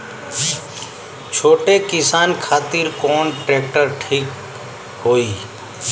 छोट किसान खातिर कवन ट्रेक्टर ठीक होई?